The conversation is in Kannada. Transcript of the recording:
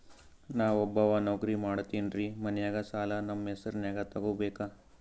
ನಾ ಒಬ್ಬವ ನೌಕ್ರಿ ಮಾಡತೆನ್ರಿ ಮನ್ಯಗ ಸಾಲಾ ನಮ್ ಹೆಸ್ರನ್ಯಾಗ ತೊಗೊಬೇಕ?